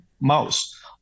mouse